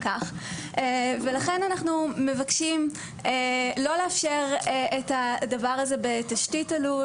לכן אנחנו מבקשים לא לאפשר את הדבר הזה בתשתית הלול